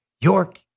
York